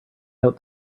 out